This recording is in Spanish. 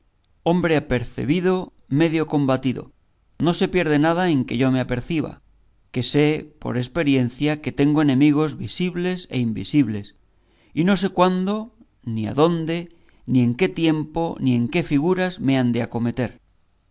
hidalgo hombre apercebido medio combatido no se pierde nada en que yo me aperciba que sé por experiencia que tengo enemigos visibles e invisibles y no sé cuándo ni adónde ni en qué tiempo ni en qué figuras me han de acometer